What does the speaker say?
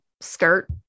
skirt